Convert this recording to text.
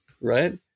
right